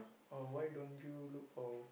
oh why don't you look for